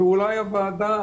ואולי הוועדה,